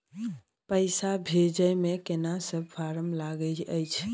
पैसा भेजै मे केना सब फारम लागय अएछ?